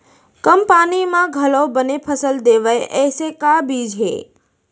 कम पानी मा घलव बने फसल देवय ऐसे का बीज हे?